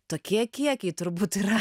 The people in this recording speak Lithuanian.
tokie kiekiai turbūt yra